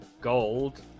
Gold